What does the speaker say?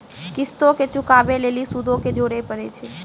किश्तो के चुकाबै लेली सूदो के जोड़े परै छै